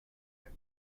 next